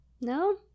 No